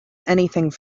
anything